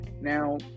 Now